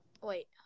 wait